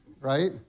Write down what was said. Right